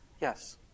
yes